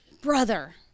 brother